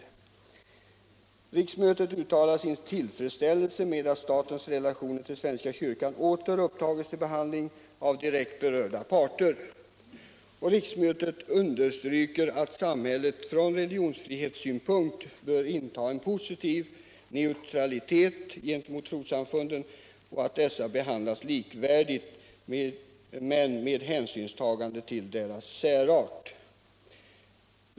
FKR uttalar sin tillfredsställelse med att statens relationer till Svenska kyrkan åter upptagits till behandling av direkt berörda parter. FKR understryker att samhället från religionsfrihetssynpunkt bör inta en positiv neutralitet gentemot trossamfunden och att dessa behandlas likvärdigt men med hänsynstagande till deras särart.